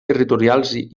territorials